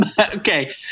okay